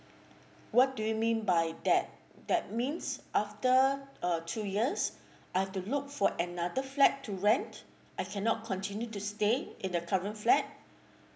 what do you mean by that that means after uh two years I've to look for another flat to rent I cannot continue to stay in the current flat